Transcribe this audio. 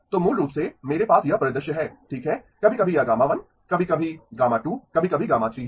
तो मूल रूप से मेरे पास यह परिदृश्य है ठीक है कभी कभी यह γ1 कभी कभी γ2 कभी कभी γ3 है